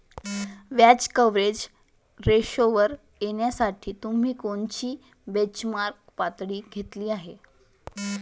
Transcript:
व्याज कव्हरेज रेशोवर येण्यासाठी तुम्ही कोणती बेंचमार्क पातळी घेतली आहे?